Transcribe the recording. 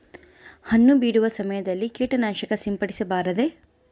ಹಣ್ಣು ಬಿಡುವ ಸಮಯದಲ್ಲಿ ಕೇಟನಾಶಕ ಸಿಂಪಡಿಸಬಾರದೆ?